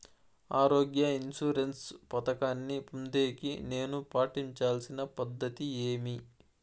ఆరోగ్య ఇన్సూరెన్సు పథకాన్ని పొందేకి నేను పాటించాల్సిన పద్ధతి ఏమి?